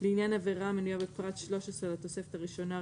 לעניין עבירה המנויה בפרט 13 לתוספת הראשונה,